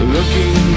Looking